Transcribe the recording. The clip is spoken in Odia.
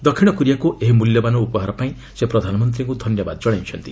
ଦକ୍ଷିଣ କୋରିଆକୁ ଏହି ମୂଲ୍ୟବାନ ଉପହାର ପାଇଁ ସେ ପ୍ରଧାନମନ୍ତ୍ରୀଙ୍କୁ ଧନ୍ୟବାଦ ଜଣାଇଛନ୍ତି